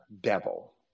devil